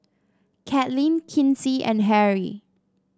Katlyn Kinsey and Harry